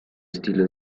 estilo